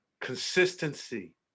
consistency